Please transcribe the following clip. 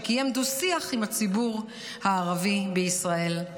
שקיים דו-שיח עם הציבור הערבי בישראל.